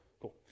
cool